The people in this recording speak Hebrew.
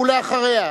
ואחריה,